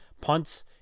punts